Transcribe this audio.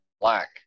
black